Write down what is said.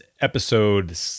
episode